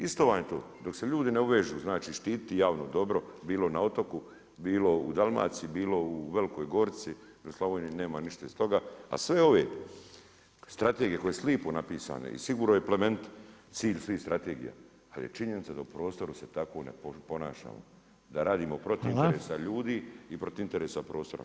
Isto vam je to, dok se ljudi ne uvežu, znači štititi javno dobro, bilo na otoku, bilo u Dalmaciji, bilo u Velikoj Gorici, za Slavoniju nema ništa iz toga, a sve ove strategije koje su lijepo napisane, i sigurno i plemenite, cilj svih strategija, ali je činjenica da u prostoru da se tako ne ponašamo, da radimo protiv interesa ljudi i protiv interesa prostora.